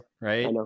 right